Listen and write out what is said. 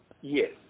Yes